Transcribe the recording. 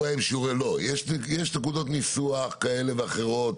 לא, יש נקודות ניסוח כאלה ואחרות,